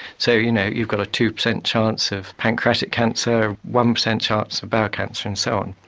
so you know you've got a two percent chance of pancreatic cancer, one percent chance of bowel cancer and so on.